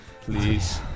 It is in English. Please